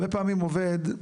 הרבה פעמים עובד,